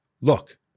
Look